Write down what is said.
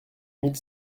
mille